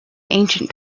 ancient